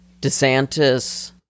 DeSantis